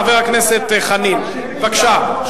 חבר הכנסת חנין, בבקשה.